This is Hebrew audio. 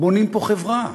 בונים פה חברה,